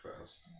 fast